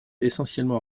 essentiellement